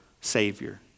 savior